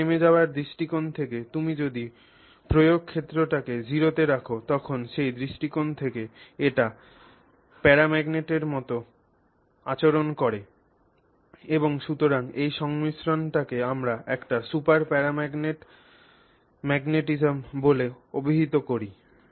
0 তে নেমে যাওয়ার দৃষ্টিকোণ থেকে তুমি যদি প্রয়োগ ক্ষেত্রটিকে 0 তে রাখ তখন সেই দৃষ্টিকোণ থেকে এটি প্যারাম্যাগনেটের মতো আচরণ করে এবং সুতরাং এই সংমিশ্রণটিকে আমরা একটি সুপার প্যারাম্যাগনেট ম্যাগনেটিজম বলে অভিহিত করি